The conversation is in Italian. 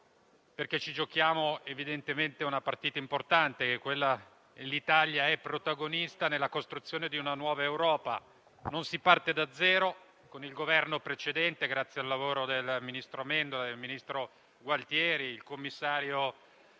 perché ci giochiamo evidentemente una partita importante: l'Italia è protagonista nella costruzione di una nuova Europa. Non si parte da zero. Con il Governo precedente, grazie al lavoro del ministro Amendola, del ministro Gualtieri, del commissario